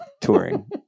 touring